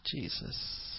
Jesus